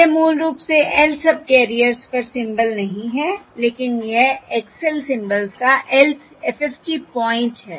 यह मूल रूप से lth सबकैरियर्स पर सिंबल नहीं है लेकिन यह X l सिंबल्स का lth FFT पॉइंट है